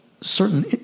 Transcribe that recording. certain